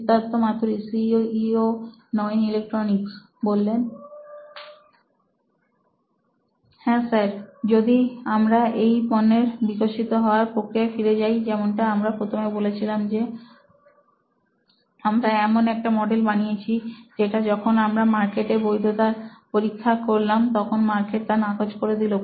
Siddharth Maturi C E O নোইন electronics হ্যাঁ sir যদি আমরা এই পণ্যের বিকশিত হওয়ার প্রক্রিয়া ফিরে যাই যেমনটা আমরা প্রথমে বলেছিলাম যে আমরা এমন একটা মডেল বানিয়েছি যেটা যখন আমরা মার্কেটে এর বৈধতা পরীক্ষা করলাম তখন মার্কেট তা নাকচ করে দিল